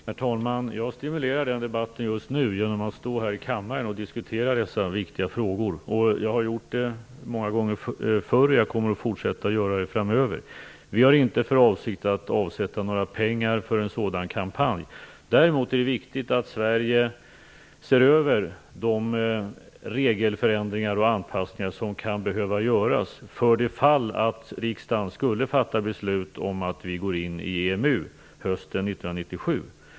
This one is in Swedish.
Herr talman! Jag stimulerar den debatten just nu genom att stå här i kammaren och diskutera dessa viktiga frågor. Jag har gjort det många gånger förr och jag kommer att fortsätta att göra det framöver. Vi har inte för avsikt att avsätta pengar för en sådan kampanj. Däremot är det viktigt att Sverige ser över de regelförändringar och anpassningar som kan behöva göras för det fall att riksdagen skulle fatta beslut om att vi går in i EMU hösten 1997.